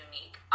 unique